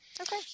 Okay